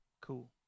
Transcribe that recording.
Cool